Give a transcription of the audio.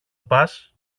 πας